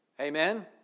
Amen